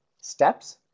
steps